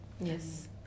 Yes